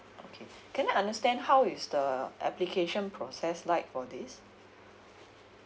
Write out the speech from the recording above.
okay can I understand how is the application process like for this